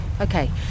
Okay